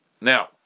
Now